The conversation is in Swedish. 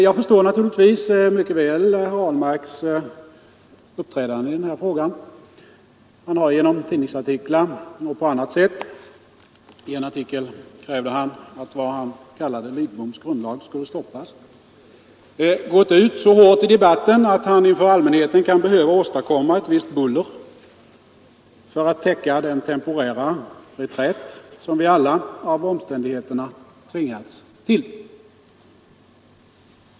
Jag förstår mycket väl herr Ahlmarks uppträdande i denna fråga. Han har genom tidningsartiklar och på annat sätt — i en artikel krävde han att vad han kallade ”Lidboms grundlag” skulle stoppas — gått ut så hårt i debatten, att han inför allmänheten kan behöva åstadkomma ett visst buller för att täcka den temporära reträtt, som vi alla av omständigheterna tvingats till.